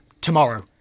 tomorrow